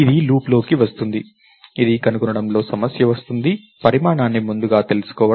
ఇది లూప్లోకి వస్తుంది ఇది కనుగొనడంలో సమస్య వస్తుంది పరిమాణాన్ని ముందుగానే తెలుసుకోవడం